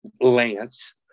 Lance